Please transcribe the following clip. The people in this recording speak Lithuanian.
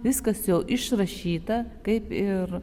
viskas jau išrašyta kaip ir